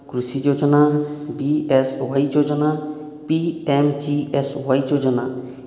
କୃଷି ଯୋଜନା ବିଏସୱାଇ ଯୋଜନା ପିଏମଜିଏସୱାଇ ଯୋଜନା